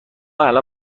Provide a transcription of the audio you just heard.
الان